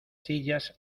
sillas